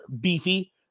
beefy